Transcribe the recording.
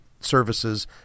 services